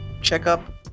checkup